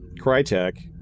Crytek